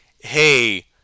hey